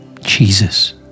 Jesus